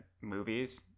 movies